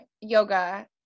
yoga